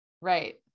right